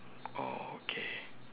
oh okay